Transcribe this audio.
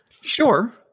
Sure